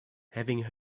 having